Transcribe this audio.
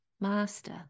Master